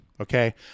Okay